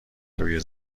روی